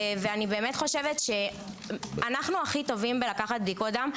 אני חושבת שאנו הכי טובים בלקחת בדיקות דם.